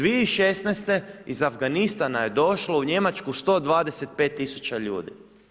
2016. iz Afganistana je došlo u Njemačku 125 000 ljudi.